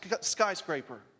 skyscraper